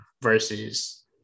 versus